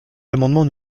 l’amendement